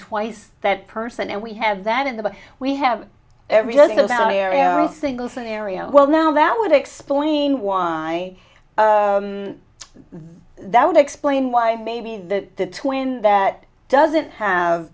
twice that person and we have that in the we have every single scenario well now that would explain why that would explain why maybe the twin that doesn't have